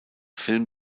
film